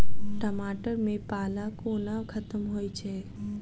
टमाटर मे पाला कोना खत्म होइ छै?